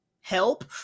help